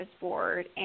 board